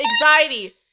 anxiety